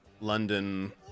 London